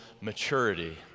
maturity